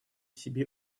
себе